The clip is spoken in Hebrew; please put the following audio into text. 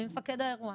מי מפקד האירוע.